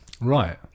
Right